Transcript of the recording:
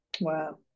Wow